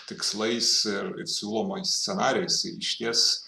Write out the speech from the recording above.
tikslais ir siūlomais scenarijais išties